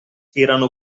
erano